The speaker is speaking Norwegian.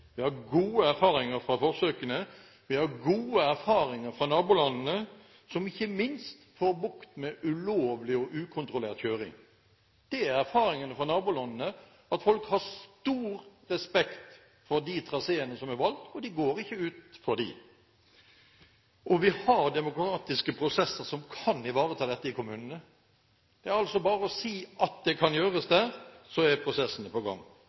Vi har gode erfaringer fra forsøkene, og vi har gode erfaringer fra nabolandene, som ikke minst får bukt med ulovlig og ukontrollert kjøring. Erfaringene fra nabolandene er at folk har stor respekt for de traseene som er valgt, og de går ikke utenfor dem. Vi har demokratiske prosesser som kan ivareta dette i kommunene. Det er altså bare å si at det kan gjøres der, og så er prosessene på gang.